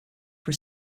for